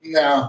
no